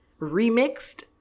remixed